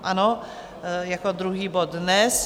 Ano, jako druhý bod dnes.